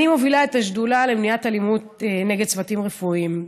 אני מובילה את השדולה למניעת אלימות נגד צוותים רפואיים.